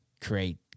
create